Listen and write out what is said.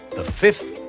the fifth,